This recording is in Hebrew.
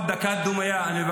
דיברנו, אמרנו הרבה.